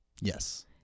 Yes